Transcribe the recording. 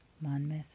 Monmouth